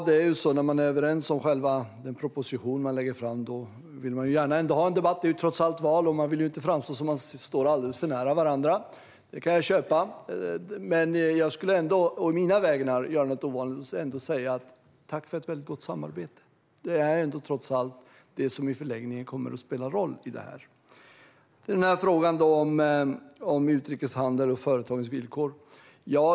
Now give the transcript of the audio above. Herr talman! När man är överens om den proposition som läggs fram vill man gärna ändå ha en debatt. Det är trots allt val, och man vill inte framstå som att man står alldeles för nära varandra. Det kan jag köpa. Jag ska ändå å mina vägnar göra något ovanligt genom att säga: Tack för ett väldigt gott samarbete! Det är trots allt det som i förlängningen kommer att spela en roll i detta. Sedan till frågan om utrikeshandel och företagens villkor.